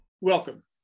Welcome